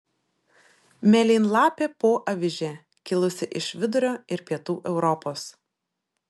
mėlynlapė poavižė kilusi iš vidurio ir pietų europos